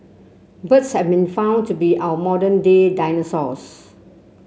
birds have been found to be our modern day dinosaurs